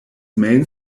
main